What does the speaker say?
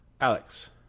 Alex